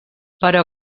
però